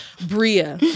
Bria